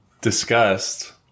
discussed